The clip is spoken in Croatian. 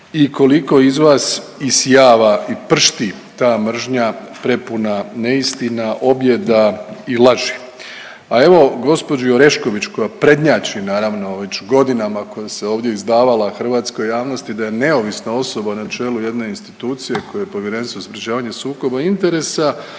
i koliko iz vas isijava i pršti ta mržnja prepuna neistina, objeda i laži. A evo gospođi Orešković koja prednjači naravno već godinama koja se ovdje izdavala hrvatskoj javnosti da je neovisna osoba na čelu jedne institucije kojoj je Povjerenstvo za sprječavanje sukoba interesa